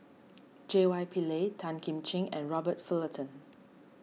J Y Pillay Tan Kim Ching and Robert Fullerton